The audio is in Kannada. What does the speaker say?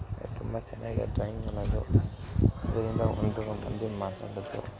ತುಂಬ ಚೆನ್ನಾಗಿ ಡ್ರಾಯಿಂಗ್ ಅನ್ನೋದು ಇದರಿಂದ ಒಂದು ಮುಂದಿನ